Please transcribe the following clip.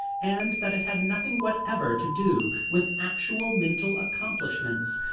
and that it had nothing whatever to do with actual mental accomplishments.